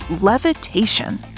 levitation